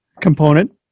component